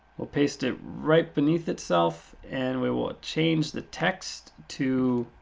we'll paste it right beneath itself. and we will change the text to